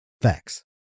Facts